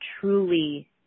truly